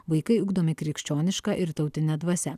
vaikai ugdomi krikščioniška ir tautine dvasia